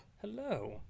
Hello